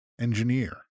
engineer